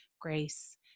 grace